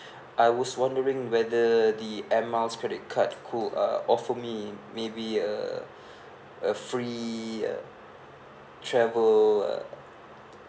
I was wondering whether the air miles credit card could uh offer me maybe uh a free uh travel uh